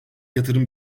yatırım